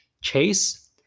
chase